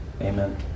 Amen